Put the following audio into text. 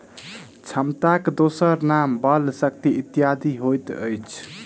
क्षमताक दोसर नाम बल, शक्ति इत्यादि होइत अछि